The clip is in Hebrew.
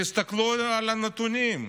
תסתכלו על הנתונים.